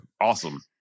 awesome